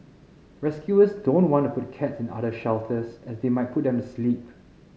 rescuers don't want to put cats in other shelters as they might put them to sleep